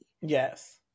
Yes